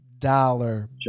dollar